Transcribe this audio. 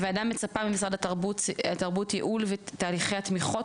הוועדה מצפה ממשרד התרבות ייעול תהליכי התמיכות,